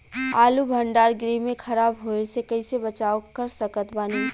आलू भंडार गृह में खराब होवे से कइसे बचाव कर सकत बानी?